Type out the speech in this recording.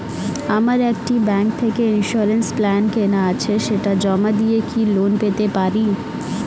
আমার একটি ব্যাংক থেকে ইন্সুরেন্স প্ল্যান কেনা আছে সেটা জমা দিয়ে কি লোন পেতে পারি?